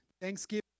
Thanksgiving